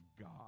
God